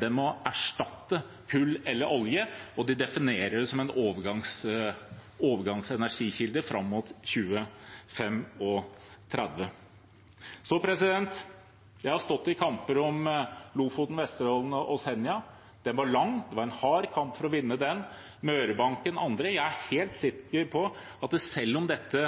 det må erstatte kull eller olje, og de definerer det som en overgangsenergikilde fram mot 2035. Jeg har stått i kamper om Lofoten, Vesterålen og Senja – den var lang, det var en hard kamp for å vinne den – Mørebanken og andre, og jeg er helt sikker på at selv om å stoppe letevirksomhet ikke blir vedtatt i dag, vil dette